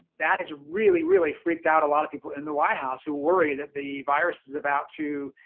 that is really, really freaked out a lot of people in the white house who worry that the virus is about to,